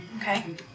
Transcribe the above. Okay